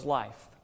life